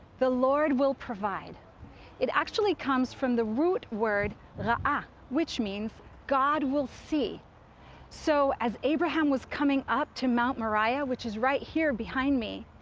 the lord will provide it actually comes from the root word ra'ah ah which means god will see so as abraham was coming up to mount moriah, which is right here behind me,